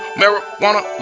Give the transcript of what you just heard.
marijuana